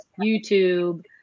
YouTube